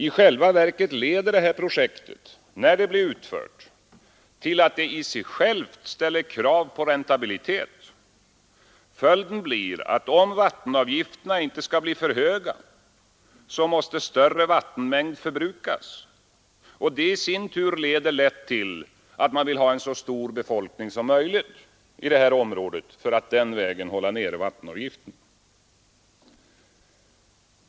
I själva verket leder detta projekt när det blir utfört till att det i sig självt ställer krav på räntabilitet. Följden blir att om vattenavgifterna inte skall bli för höga, måste större vattenmängd förbrukas. Detta i sin tur leder lätt till att man vill ha en så stor befolkning som möjligt i det här området för att den vägen hålla nere vattenavgiften.